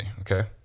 okay